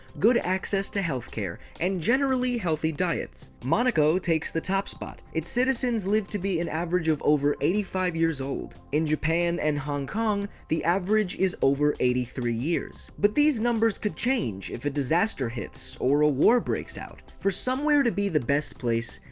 good access to healthcare, and generally healthy diets. monaco takes the top spot, it's citizens live to be an average of over eighty five years old. in japan and hong kong, the average is over eighty three years. but these numbers could change if a disaster hits or a war breaks out. for somewhere to be the best place,